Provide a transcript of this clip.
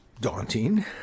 daunting